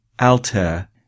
Altair